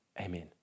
Amen